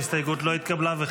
ההסתייגות לא התקבלה.